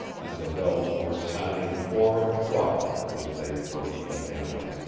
and the bells were sounding four of the clock as they approached the hamlet.